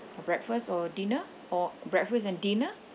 breakfast or dinner or breakfast and dinner